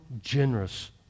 generous